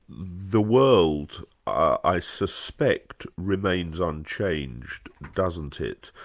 the world i suspect, remains unchanged doesn't it?